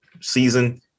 season